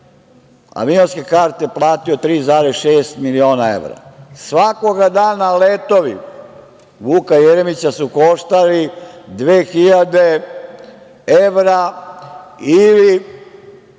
avionske karte je platio 3,6 miliona evra. Svakoga dana letovi Vuka Jeremića su koštali 2.000 evra ili